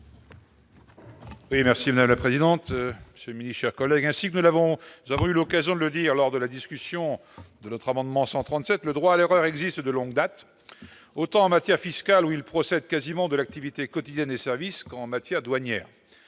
merci la la présidente ce mini-chers collègues ainsi que de l'avons avons eu l'occasion de le dire lors de la discussion de l'autre amendement 137 le droit à l'erreur existe de longue date, autant en matière fiscale ou il procède quasiment de l'activité quotidienne et services qu'en matière douanière,